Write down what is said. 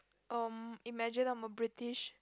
erm imagine I'm a British